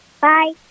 Bye